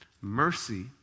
Mercy